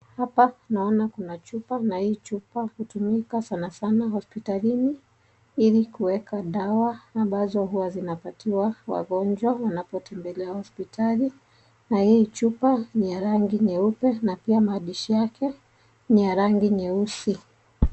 Hapa tunaona kuna chupa na hii chupa hutumika sana sana hospitalini ili kuweka dawa ambazo huwa zinapatiwa wagonjwa wanapotembelea hospitali, na hii chupa ni ya rangi nyeupe na pia maandishi yake ni ya rangi nyeusi.